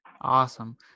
Awesome